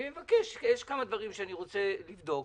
אני מבקש, יש כמה דברים שאני רוצה לבדוק.